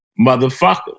motherfucker